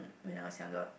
when I was younger